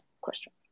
question